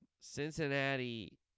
Cincinnati